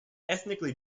ethnically